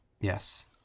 Yes